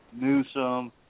Newsom